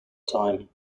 time